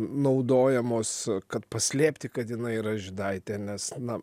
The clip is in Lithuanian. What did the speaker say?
naudojamos kad paslėpti kad jinai yra žydaitė nes na